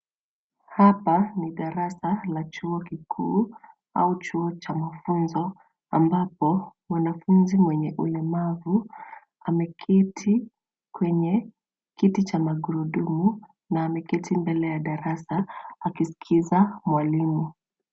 Hapa ni darasa la chuo kikuu au chuo cha mafunzo, ambapo mwanafunzi mwenye ulemavu ameketi kwenye kiti cha magurudumu na ameketi mbele ya darasa akisikiza mwalimu.